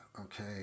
okay